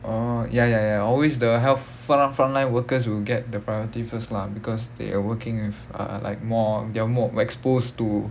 oh ya ya ya always the health front~ frontline workers will get the priority first lah because they are working with uh like more they are more exposed to